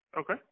Okay